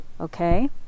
Okay